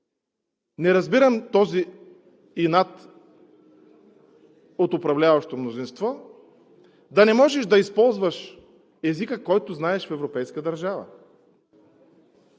Не разбирам този инат от управляващото мнозинство – да не можеш да използваш езика, който знаеш, в европейска държава.